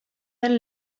den